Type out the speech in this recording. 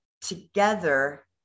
together